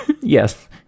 Yes